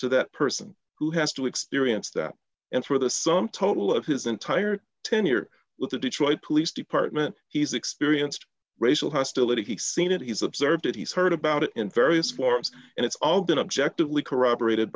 to that person who has to experience that and for the sum total of his entire tenure with the detroit police department he's experienced racial hostility he's seen it he's observed it he's heard about it in various forms and it's all been objective lee corroborate